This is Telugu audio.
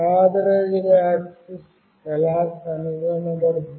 అనర్థరైజ్డ్ యాక్సిస్ ఎలా కనుగొనబడుతుంది